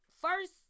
first